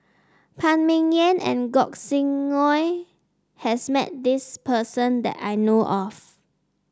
Phan Ming Yen and Gog Sing Hooi has met this person that I know of